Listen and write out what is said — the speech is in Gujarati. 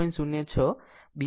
06 b 1 0